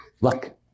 Luck